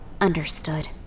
understood